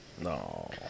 No